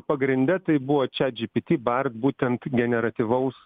pagrinde tai buvo chat gpt bart būtent generatyvaus